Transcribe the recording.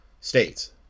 states